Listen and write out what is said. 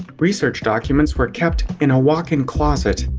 research documents were kept in a walk-in closet.